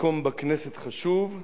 מקום בכנסת חשוב,